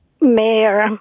Mayor